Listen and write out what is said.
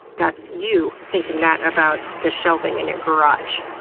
that's you thinking that about the shelving in your garage.